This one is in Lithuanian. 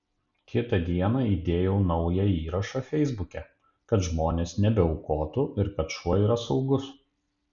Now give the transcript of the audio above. kitą dieną įdėjau naują įrašą feisbuke kad žmonės nebeaukotų ir kad šuo yra saugus